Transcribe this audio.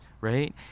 right